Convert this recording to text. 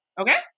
Okay